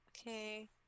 Okay